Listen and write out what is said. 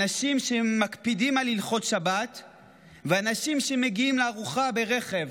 אנשים שמקפידים על הלכות שבת ואנשים שמגיעים לארוחה ברכב,